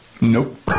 Nope